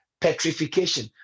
petrification